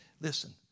Listen